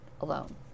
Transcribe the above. alone